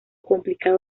complicado